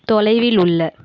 தொலைவில் உள்ள